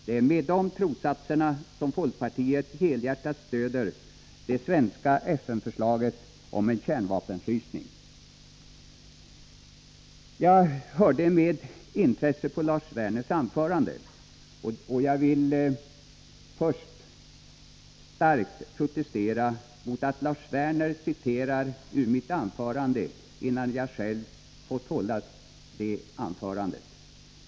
Det är med de trossatserna som folkpartiet helhjärtat stöder det svenska FN-förslaget om en kärnvapenfrysning. Jag hörde med intresse på Lars Werners anförande, och jag vill först starkt protestera mot att Lars Werner citerar ur mitt anförande, innan jag själv fått hålla det.